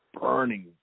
burning